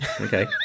Okay